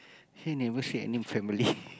actually never say any family